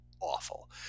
Awful